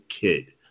kid